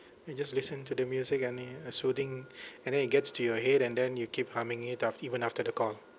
you just listen to the music only a soothing and then it gets to your head and then you keep humming it af~ even after the call